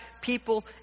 people